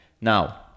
Now